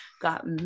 got